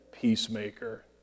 peacemaker